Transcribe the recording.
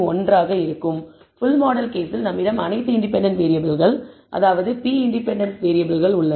full model கேஸில் நம்மிடம் அனைத்து இண்டிபெண்டன்ட் வேறியபிள்கள் அதாவது p இண்டிபெண்டன்ட் வேறியபிள்கள் உள்ளன